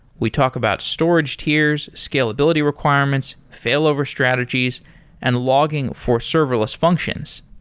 we talk about storage tiers, scalability requirements, failover strategies and logging for serverless functions.